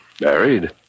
Married